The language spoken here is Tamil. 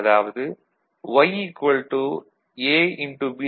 அதாவது Y A